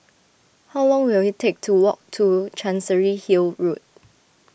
how long will it take to walk to Chancery Hill Road